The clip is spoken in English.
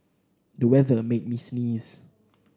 the weather made me sneeze